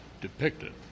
depicted